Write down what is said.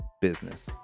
business